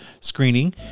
screening